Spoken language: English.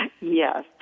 Yes